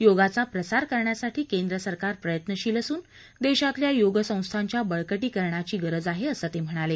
योगाचा प्रसार करण्यासाठी केंद्रसरकार प्रयत्नशील असून देशातल्या योग संस्थांच्या बळकटीकरणाची गरज आहे असं ते म्हणाले